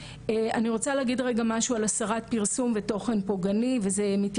וגם בשיח ישיר שלנו מול החברות הטכנולוגיות.